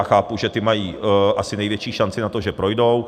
Chápu, že ty mají asi největší šanci na to, že projdou.